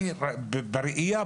אני בראייה,